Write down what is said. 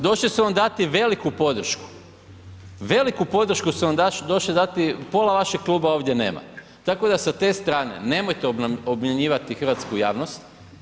Došli su vam dati veliku podršku, veliku podršku su vam došli dati, pola vašeg kluba ovdje nema, tako da sa te strane nemojte obmanjivati hrvatsku javnost.